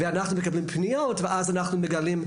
אנחנו מקבלים פניות ואז אנחנו מגלים.